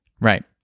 Right